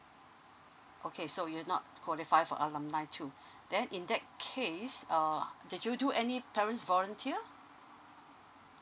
okay so you're not qualify for alumni too then in that case err did you do any parents volunteer